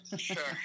Sure